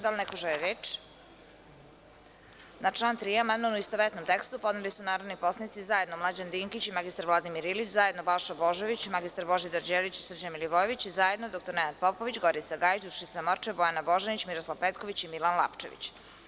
Da li neko želi reč? (Ne) Na član 3. amandman u istovetnom tekstu podneli su narodni poslanici zajedno Mlađan Dinkić i mr Vladimir Ilić, zajedno Balša Božović, mr Božidar Đelić i Srđan Milivojević i zajedno dr Nenad Popović, Gorica Gajić, Dušica Morčev, Bojana Božanić, Miroslav Petković i Milan Lapčević.